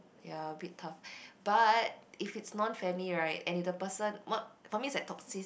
ya a bit tough but if it's non family right and if the person what for me it's like toxis~